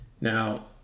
Now